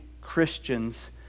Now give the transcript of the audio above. Christians